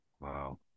Wow